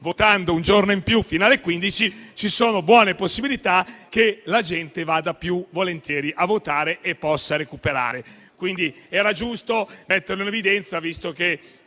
votando un giorno in più fino alle ore 15, ci sono buone possibilità che la gente vada più volentieri a votare e possa recuperare. Era giusto metterlo in evidenza, visto che